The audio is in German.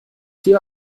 dir